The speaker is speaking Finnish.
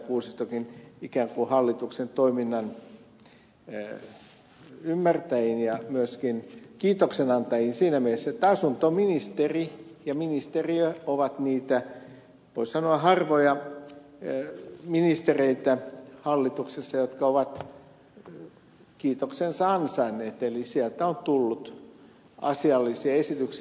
kuusistokin ikään kuin hallituksen toiminnan ymmärtäjiin ja myöskin kiitoksen antajiin siinä mielessä että asuntoministeri on niitä voisi sanoa harvoja ministereitä hallituksessa jotka ovat kiitoksensa ansainneet eli sieltä on tullut asiallisia esityksiä